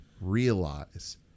realize